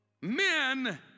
men